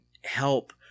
help